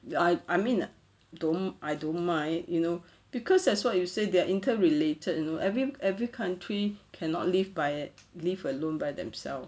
I mean I don't I don't mind you know cause as what you said they're inter related you know every every country cannot live by live alone by themselves